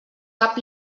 cap